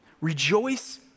Rejoice